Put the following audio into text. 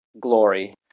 glory